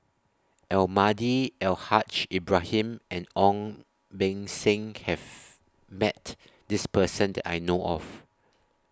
Almahdi Al Haj Ibrahim and Ong Beng Seng has Met This Person that I know of